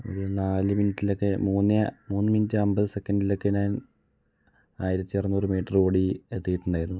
ഒരു നാല് മിനിറ്റിലൊക്കെ മൂന്നേ മൂന്ന് മിനിറ്റ് അമ്പത് സെക്കൻഡിലൊക്കെ ഞാൻ ആയിരത്തി അറുനൂറ് മീറ്റർ ഓടി എത്തിയിട്ടുണ്ടായിരുന്നു